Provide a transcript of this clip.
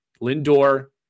Lindor